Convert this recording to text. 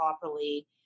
properly